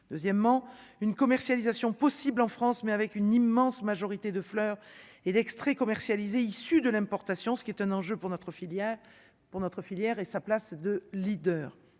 deuxièmement une commercialisation possible en France, mais avec une immense majorité de fleurs et d'extraits commercialisé issus de l'importation, ce qui est un enjeu pour notre filière pour notre filière